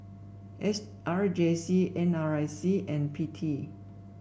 S R J C N R I C and P T